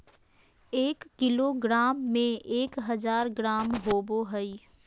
एक किलोग्राम में एक हजार ग्राम होबो हइ